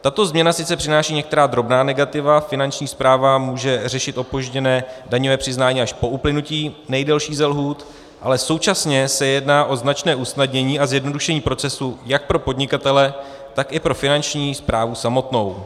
Tato změna sice přináší některá drobná negativa, Finanční správa může řešit opožděné daňové přiznání až po uplynutí nejdelší ze lhůt, ale současně se jedná o značné usnadnění a zjednodušení procesu jak pro podnikatele, tak pro Finanční správu samotnou.